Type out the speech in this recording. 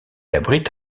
abrite